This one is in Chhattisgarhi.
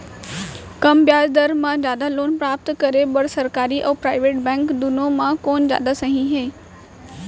कम ब्याज दर मा जादा लोन प्राप्त करे बर, सरकारी अऊ प्राइवेट बैंक दुनो मा कोन जादा सही हे?